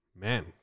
man